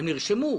הם נרשמו.